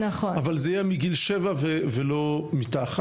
אבל זה יהיה מגיל 7 ולא מתחת,